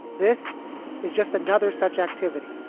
this is just another such activity.